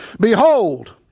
Behold